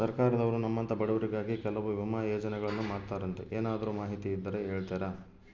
ಸರ್ಕಾರದವರು ನಮ್ಮಂಥ ಬಡವರಿಗಾಗಿ ಕೆಲವು ವಿಮಾ ಯೋಜನೆಗಳನ್ನ ಮಾಡ್ತಾರಂತೆ ಏನಾದರೂ ಮಾಹಿತಿ ಇದ್ದರೆ ಹೇಳ್ತೇರಾ?